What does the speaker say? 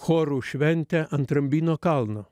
chorų šventę ant rambyno kalno